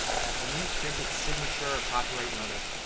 an imprinted signature, a copyright notice,